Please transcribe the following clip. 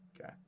Okay